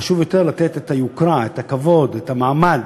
חשוב יותר לתת את היוקרה, את הכבוד, את המעמד.